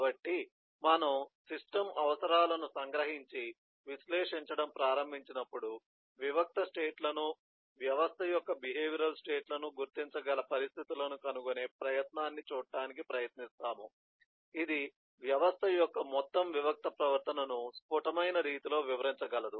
కాబట్టి మనము సిస్టమ్ అవసరాలను సంగ్రహించి విశ్లేషించడం ప్రారంభించినప్పుడు వివిక్త స్టేట్ లను వ్యవస్థ యొక్క బిహేవియరల్ స్టేట్ లను గుర్తించగల పరిస్థితులను కనుగొనే ప్రయత్నాన్ని చూడటానికి ప్రయత్నిస్తాము ఇది వ్యవస్థ యొక్క మొత్తం వివిక్త ప్రవర్తనను స్ఫుటమైన రీతిలో వివరించగలదు